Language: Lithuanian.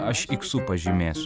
aš iksu pažymėsiu